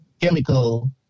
chemical